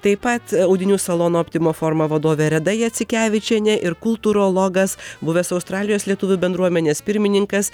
taip pat audinių salono optima forma vadovė reda jacikevičienė ir kultūrologas buvęs australijos lietuvių bendruomenės pirmininkas